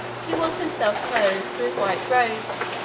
he was himself clothed with white robes,